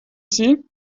sie